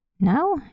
Now